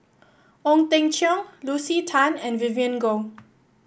Ong Teng Cheong Lucy Tan and Vivien Goh